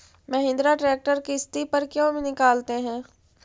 Mahindra tractor किसति पर क्यों निकालते हैं?